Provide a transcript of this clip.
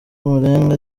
amarenga